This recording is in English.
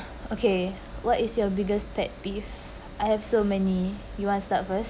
okay what is your biggest pet peeve I have so many you want start first